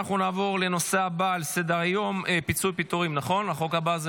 אני קובע כי הצעת חוק התכנון והבנייה (תיקון מס' 155),